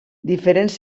diferents